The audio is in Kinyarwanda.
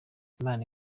imana